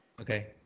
Okay